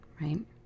right